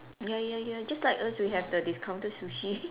ya ya ya just like us we have the discounted sushi